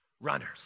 Runners